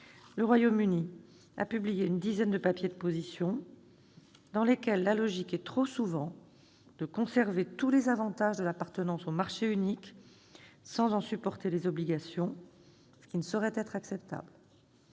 le Royaume-Uni a publié une dizaine de papiers de position dans lesquels la logique est trop souvent de conserver tous les avantages de l'appartenance au Marché unique, sans en supporter les obligations, ce qui ne saurait être acceptable.